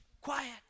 quiet